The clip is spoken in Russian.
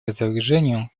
разоружению